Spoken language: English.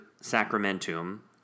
sacramentum